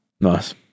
Nice